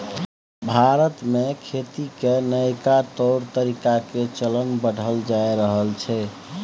भारत में खेती के नइका तौर तरीका के चलन बढ़ल जा रहल छइ